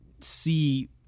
see